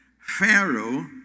Pharaoh